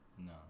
No